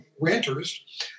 renters